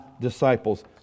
disciples